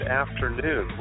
afternoon